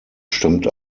stammt